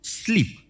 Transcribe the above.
sleep